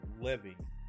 living